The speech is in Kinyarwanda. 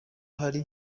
hari